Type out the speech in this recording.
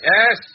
Yes